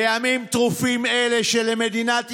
בימים טרופים אלה, שבהם למדינת ישראל,